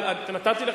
אבל נתתי,